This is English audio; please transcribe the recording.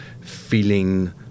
feeling